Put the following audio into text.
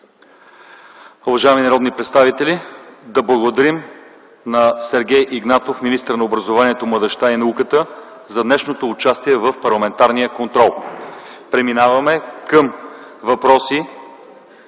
Уважаеми народни представители, да благодарим на Сергей Игнатов – министър на образованието, младежта и науката, за днешното му участие в Парламентарния контрол. Преминаваме към въпроси